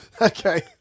Okay